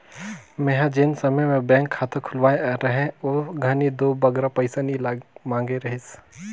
मेंहा जेन समे में बेंक खाता खोलवाए रहें ओ घनी दो बगरा पइसा नी मांगे रहिस